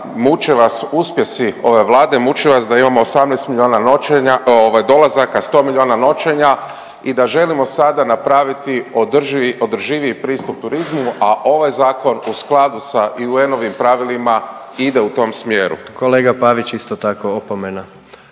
muče vas uspjesi ove Vlade, muče vas da imamo 18 milijuna noćenja, ovaj dolazak, 100 milijuna noćenja i da želimo sada napraviti održivi, održiviji pristup turizmu, a ovaj zakon u skladu sa i UN-ovim pravilima ide u tom smjeru. **Jandroković, Gordan